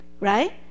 right